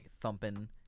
thumping